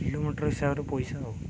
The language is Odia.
କିଲୋମିଟର ହିସାବରେ ପଇସା ଆଉ